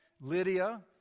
Lydia